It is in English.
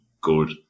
good